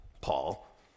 Paul